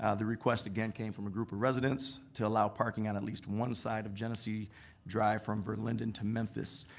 ah the request again came from a group of residents to allow parking on at least one side of genesee drive from verlinden to memphis.